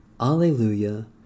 Alleluia